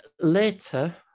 Later